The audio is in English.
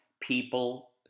people